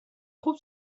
خوب